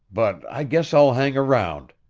but i guess i'll hang around,